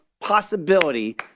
possibility